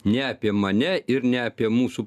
ne apie mane ir ne apie mūsų